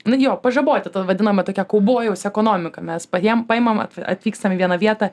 nu jo pažaboti ta vadinama tokia kaubojaus ekonomika mes pajem paimam atvykstam į vieną vietą